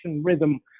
rhythm